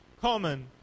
common